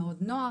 מאוד נוח,